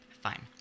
Fine